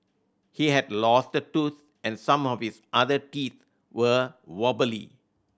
he had lost a tooth and some of his other teeth were wobbly